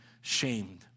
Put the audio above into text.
shamed